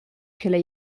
che